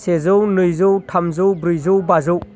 सेजौ नैजौ थामजौ ब्रैजौ बाजौ